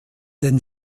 den